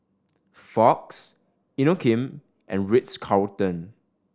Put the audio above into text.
Fox Inokim and Ritz Carlton